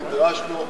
נדרשנו,